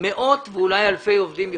מאות ואולי אלפי עובדים יפוטרו.